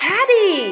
Teddy